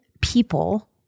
people